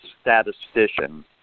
statistician